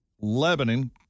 Lebanon